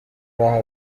راه